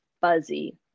fuzzy